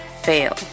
fail